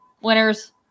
winners